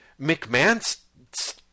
mcmahon's